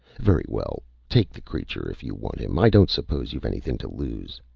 very well, take the creature, if you want him. i don't suppose you've anything to lose.